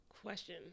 Question